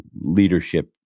leadership